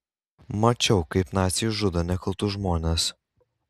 mačiau kaip naciai žudo nekaltus žmones